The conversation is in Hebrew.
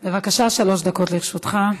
בבקשה, שלוש דקות לרשותך.